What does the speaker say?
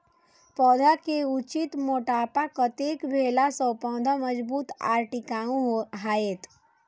पौधा के उचित मोटापा कतेक भेला सौं पौधा मजबूत आर टिकाऊ हाएत?